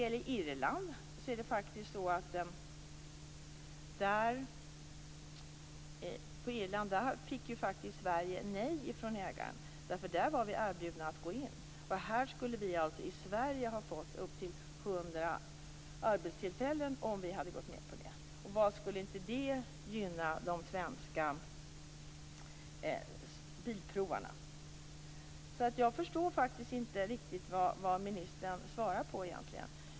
I Irland fick faktiskt Sverige nej från ägaren, men vi var erbjudna att gå in. Här i Sverige skulle vi ha fått upp till hundra arbetstillfällen om vi hade gått med på det, och hur skulle inte det ha gynnat de svenska bilprovarna! Jag förstår faktiskt inte riktigt vad ministern svarar på egentligen.